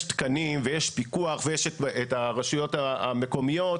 תקנים ויש פיקוח ויש את הרשויות המקומיות.